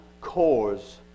cause